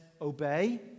obey